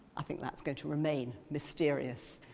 i think that's going to remain mysterious.